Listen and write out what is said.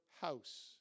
house